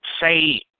say